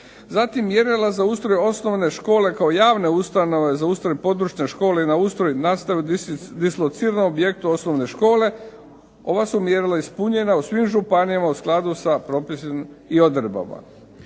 Zatim mjerila za ustroj osnovne škole kao javne ustanove za ustroj područne škole i na ustroj nastave dislociranom objektu osnovne škole, ova su mjerila ispunjena u svim županijama u skladu sa propisima i odredbama.